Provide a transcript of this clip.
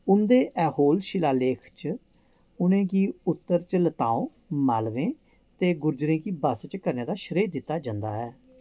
उं'दे ऐहोल शिलालेख च उ'नें गी उत्तर च लताओं मालवें ते गुर्जरें गी बस्स च करने दा श्रेय दित्ता जंदा ऐ